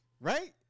Right